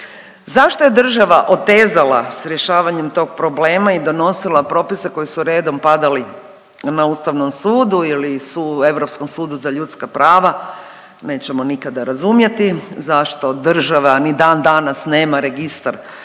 Zašto je država otezala sa rješavanjem tog problema i donosila propise koji su redom padali na Ustavnom sudu ili su u Europskom sudu za ljudska prava nećemo nikada razumjeti zašto država ni dan danas nema registar